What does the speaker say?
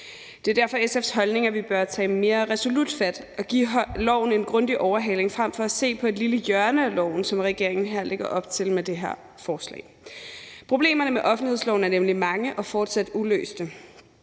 Det er derfor SF's holdning, at vi bør tage mere resolut fat og give loven en grundig overhaling frem for at se på et lille hjørne af loven, som regeringen lægger op til med det her forslag. Problemerne med offentlighedsloven er nemlig mange og fortsat uløste.